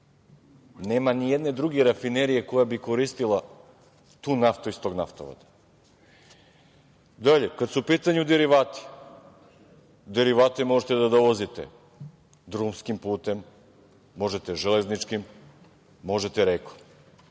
Nema ni jedne druge rafinerije koja bi koristila tu naftu iz tog naftovoda. Dalje, kada su u pitanju derivati, derivate možete da dovozite drumskim putem, možete železničkim, možete rekom.